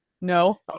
no